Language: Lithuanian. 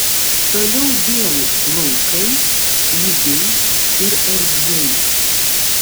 toliau vėl laukais lygiais ir erdviais